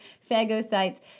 phagocytes